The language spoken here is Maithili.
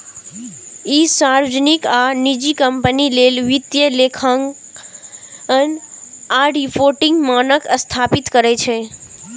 ई सार्वजनिक आ निजी कंपनी लेल वित्तीय लेखांकन आ रिपोर्टिंग मानक स्थापित करै छै